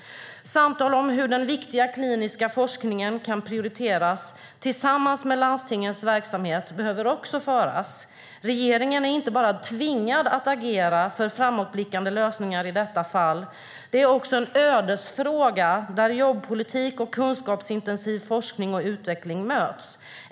Samtal om hur den viktiga kliniska forskningen kan prioriteras tillsammans med landstingets verksamhet behöver också föras. Regeringen är inte bara tvingad att agera för framåtblickande lösningar i detta fall, det är också en ödesfråga där jobbpolitik och kunskapsintensiv forskning och utveckling möts.